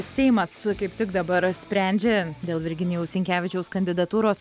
seimas kaip tik dabar sprendžia dėl virginijaus sinkevičiaus kandidatūros